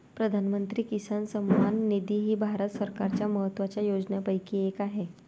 प्रधानमंत्री किसान सन्मान निधी ही भारत सरकारच्या महत्वाच्या योजनांपैकी एक आहे